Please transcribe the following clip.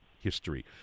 history